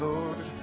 Lord